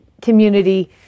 community